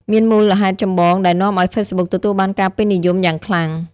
មានមូលហេតុចម្បងដែលនាំឱ្យហ្វេសប៊ុកទទួលបានការពេញនិយមយ៉ាងខ្លាំង។